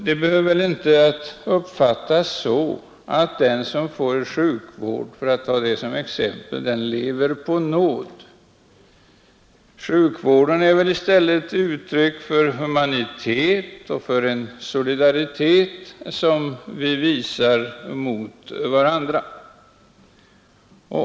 Det behöver väl inte uppfattas som om den som får sjukvård lever på nåd. Sjukvården är väl i stället ett uttryck för humanitet och solidaritet som vi visar mot varandra.